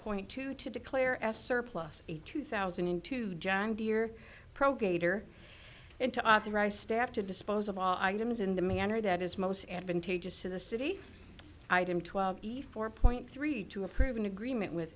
point two to declare s surplus two thousand and two john deere pro gator and to authorize staff to dispose of all arguments in the manner that is most advantageous to the city item twelve the four point three to approve an agreement with